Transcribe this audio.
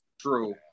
True